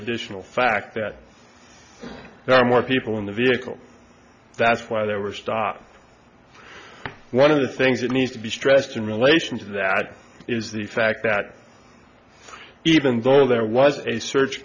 additional fact that there are more people in the vehicle that's why they were stopped one of the things that needs to be stressed in relation to that is the fact that even though there was a search